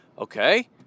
Okay